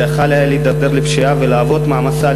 שיכול היה להידרדר לפשיעה ולהוות מעמסה על